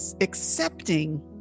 accepting